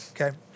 okay